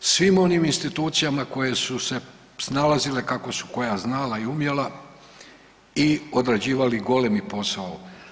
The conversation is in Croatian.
Svim onim institucijama koje su se snalazile kako su koja znala i umjela i odrađivali golemi posao.